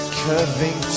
curving